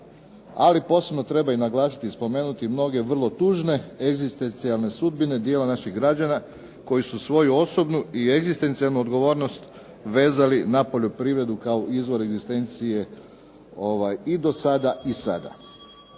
ali posebno treba i naglasiti i spomenuti mnoge vrlo tužne egzistencijalne sudbine dijela naših građana koji su svoju osobnu i egzistencijalnu odgovornost vezali na poljoprivredu kao izvor egzistencije i do sada i sada.